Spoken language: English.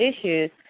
issues